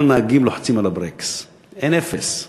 כל הנהגים לוחצים על הברקס, אין אפס.